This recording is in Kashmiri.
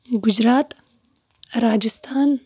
گُجرات راجِستھان